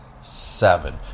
seven